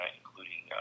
including